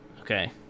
okay